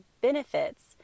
benefits